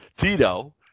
Tito